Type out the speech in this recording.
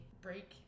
break